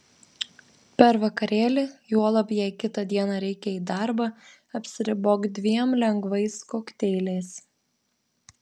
per vakarėlį juolab jei kitą dieną reikia į darbą apsiribok dviem lengvais kokteiliais